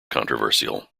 controversial